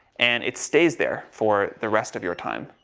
and it stays there for the rest of your time.